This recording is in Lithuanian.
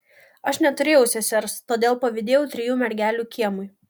aš neturėjau sesers todėl pavydėjau trijų mergelių kiemui